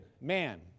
man